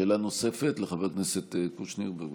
שאלה נוספת לחבר הכנסת קושניר, בבקשה.